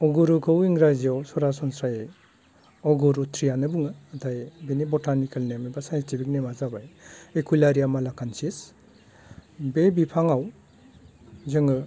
अगरुखौ इंग्राजियाव सरासनस्रायै अगरु ट्रियानो बुङो नाथाय बिनि बटानिकेल नेम एबा साइनटिफिक नेमा जाबाय एकुइलारिया मालेकसेनसिस बे बिफाङाव जोङो